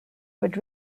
would